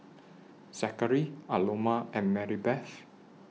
Zackary Aloma and Marybeth